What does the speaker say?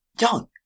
Young